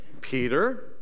Peter